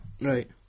Right